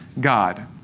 God